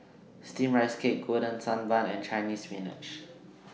Steamed Rice Cake Golden Sand Bun and Chinese Spinach